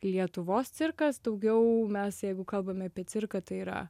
lietuvos cirkas daugiau mes jeigu kalbame apie cirką tai yra